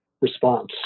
response